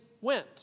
went